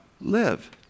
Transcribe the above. live